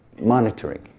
monitoring